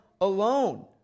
alone